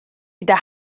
gyda